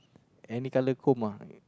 any colour comb ah